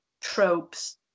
tropes